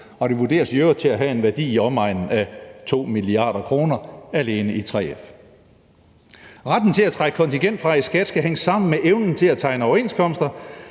og det vurderes i øvrigt at have en værdi i omegnen af 2 mia. kr. alene inden for 3F's område. Retten til at trække kontingent fra i skat skal hænge sammen med evnen til at tegne overenskomster.